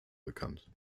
bekannt